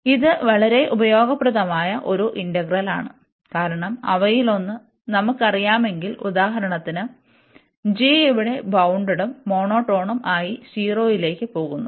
അതിനാൽ ഇത് വളരെ ഉപയോഗപ്രദമായ ഒരു ഇന്റഗ്രലാണ് കാരണം അവയിലൊന്ന് നമുക്കറിയാമെങ്കിൽ ഉദാഹരണത്തിന് g ഇവിടെ ബൌണ്ടഡ്ഡും മോണോടോണും ആയി 0 ലേക്ക് പോകുന്നു